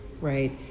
right